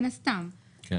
הבנתי.